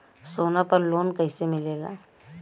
सोना पर loan कइसे मिलेला?